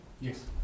Yes